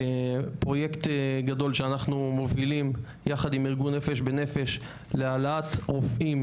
ופרויקט גדול שאנחנו מובילים ביחד עם ארגון נפש בנפש להעלאת רופאים